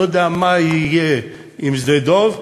לא יודע מה יהיה עם שדה-דב,